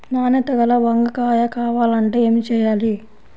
నాణ్యత గల వంగ కాయ కావాలంటే ఏమి చెయ్యాలి?